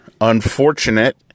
unfortunate